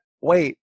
wait